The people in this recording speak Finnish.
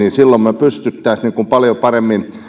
silloin me pystyisimme paljon paremmin